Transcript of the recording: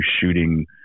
shooting